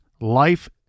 life